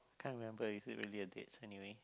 I can't remember is it really a date anyway